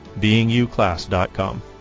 beinguclass.com